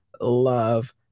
love